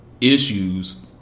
Issues